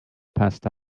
passed